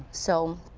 so